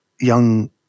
young